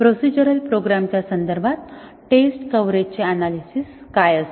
procedural प्रोग्रामच्या संदर्भात test coverage चे अनालिसिस काय असते